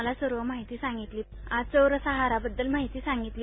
मला सर्व माहिती सांगितली आणि चौरस आहाराबद्दल माहिती सांगितली